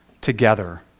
together